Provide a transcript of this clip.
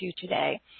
today